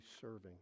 serving